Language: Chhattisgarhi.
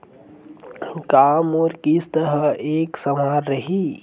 का मोर किस्त ह एक समान रही?